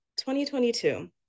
2022